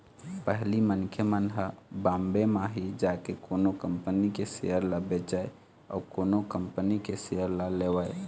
पहिली मनखे मन ह बॉम्बे म ही जाके कोनो कंपनी के सेयर ल बेचय अउ कोनो कंपनी के सेयर ल लेवय